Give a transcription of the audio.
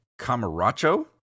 camaracho